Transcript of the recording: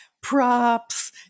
props